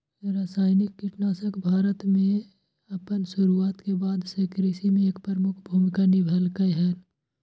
रासायनिक कीटनाशक भारत में अपन शुरुआत के बाद से कृषि में एक प्रमुख भूमिका निभलकय हन